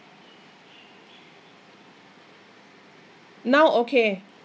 now okay